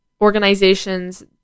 organizations